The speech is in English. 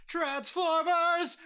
Transformers